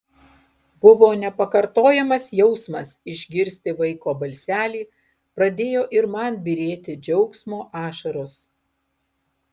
buvo nepakartojamas jausmas išgirsti vaiko balselį pradėjo ir man byrėti džiaugsmo ašaros